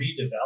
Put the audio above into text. redevelop